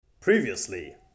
Previously